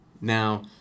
now